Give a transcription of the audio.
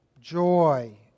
joy